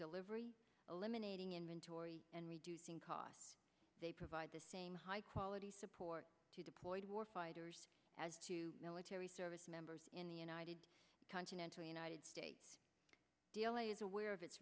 delivery eliminating inventory and reducing costs they provide the same high quality support to deployed war fighters to military service members in the united continental united deal as a where of its